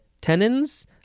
tenons